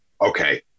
okay